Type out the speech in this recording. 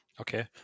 Okay